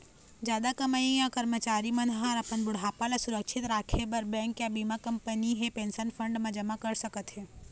जादा कमईया करमचारी मन ह अपन बुढ़ापा ल सुरक्छित राखे बर बेंक या बीमा कंपनी हे पेंशन फंड म जमा कर सकत हे